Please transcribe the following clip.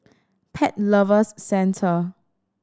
Pet Lovers Centre